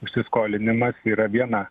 įsiskolinimas yra viena